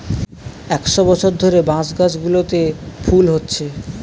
একশ বছর ধরে বাঁশ গাছগুলোতে ফুল হচ্ছে